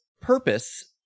purpose